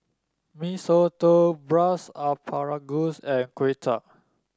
Mee Soto Braised Asparagus and Kway Chap